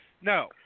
No